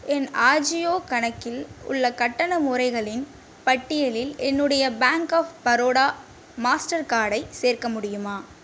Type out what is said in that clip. என் ஆஜியோ கணக்கில் உள்ள கட்டண முறைகளின் பட்டியலில் என்னுடைய பேங்க் ஆஃப் பரோடா மாஸ்டர் கார்டை சேர்க்க முடியுமா